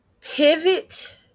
pivot